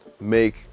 make